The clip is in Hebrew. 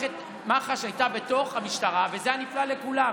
מח"ש הייתה בתוך המשטרה, וזה היה נפלא לכולם.